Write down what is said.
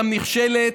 אין לך בעיה עם זה.